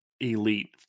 elite